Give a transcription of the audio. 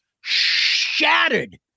shattered